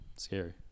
scary